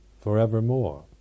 forevermore